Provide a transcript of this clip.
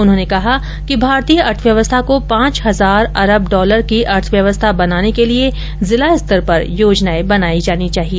उन्होंने कहा कि भारतीय अर्थव्यवस्था को पांच हजार अरब डॉलर की अर्थव्यवस्था बनाने के लिए जिला स्तर पर योजनाएं बनाई जानी चाहिए